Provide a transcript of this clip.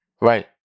right